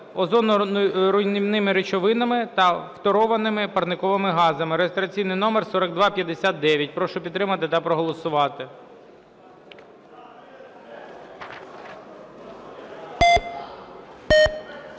озоноруйнівними речовинами та фторованими парниковими газами (реєстраційний номер 4259). Прошу підтримати та проголосувати.